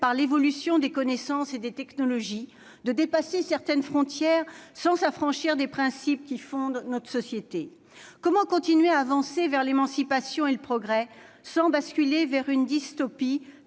par l'évolution des connaissances et des technologies, de dépasser certaines frontières sans s'affranchir des principes fondant notre société. Comment continuer à avancer vers l'émancipation et le progrès sans basculer vers une dystopie,